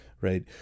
right